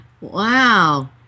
Wow